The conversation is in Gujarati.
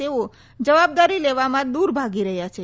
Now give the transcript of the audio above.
તેઓ જવાબદારી લેવામાં દુર ભાગી રહ્યા છે